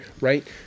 right